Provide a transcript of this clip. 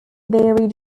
varied